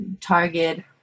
Target